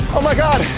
oh my god,